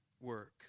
work